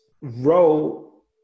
role